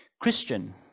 Christian